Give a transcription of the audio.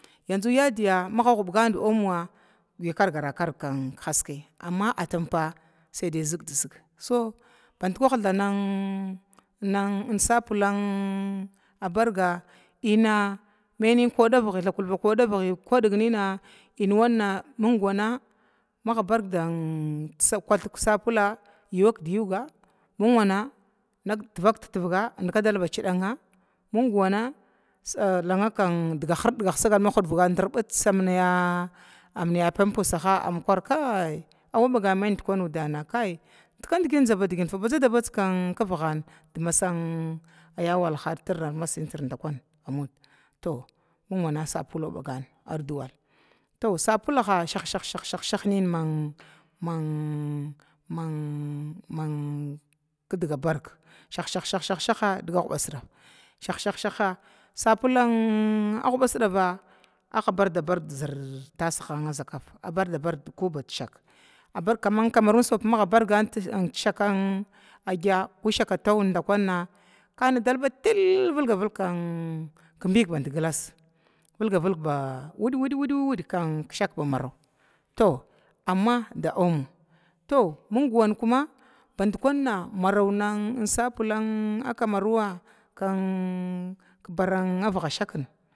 Anzu yadiya maga guda domo kargara karga haske kaya amma atampa kad zigdizig so bakwah thawah kun sabula barga ənna mainin kwudavigi digit kwudignina maggabarga diga da kuthiru sabula muugwa tivak badtivga mingwana lagak diga hirdiga girbits amnaya pimpusa ma hadviga auwin maina badzada bazga kuhudrigana di masa walna digatirna masgnitir dakunna, toh mun wana sabulaha shakh shakh nina man man man kidba barga shakh shakh nina sabula guba sidava kaman sabula kamiruna magga bar dishaka anigaba anigalba til hilg kibiga band glas ba wid wawid kishakna to amma di omo mingwankuma badkunna maro sabula kimarunna shakn.